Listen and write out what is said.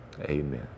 Amen